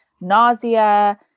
nausea